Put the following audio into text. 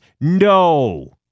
no